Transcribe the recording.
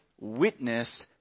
witness